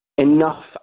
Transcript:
Enough